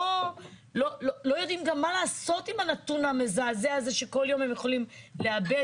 לא יודעים גם מה לעשות עם הנתון המזעזע הזה שכל יום הם יכולים לאבד,